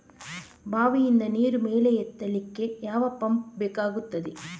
ಬಾವಿಯಿಂದ ನೀರು ಮೇಲೆ ಎತ್ತಲಿಕ್ಕೆ ಯಾವ ಪಂಪ್ ಬೇಕಗ್ತಾದೆ?